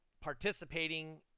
participating